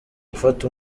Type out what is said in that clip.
gufata